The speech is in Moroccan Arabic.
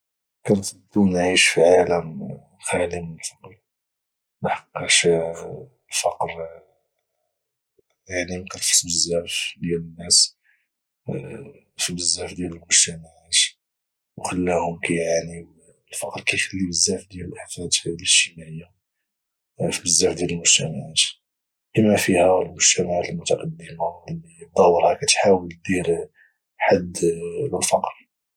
كنفضل نعيش في عالم خالي من الفقر لحقاش الفقر يعني مكرفص بزاف ديال الناس بزاف ديال المجتمعات وخلاهم كيعانيوا والفقر كيخلي بزاف ديال الافات الاجتماعية فزاف ديال المجتمعات بما فيها المجتمعات المتقدمة اللي بدورها كتحاول دير حد للفقر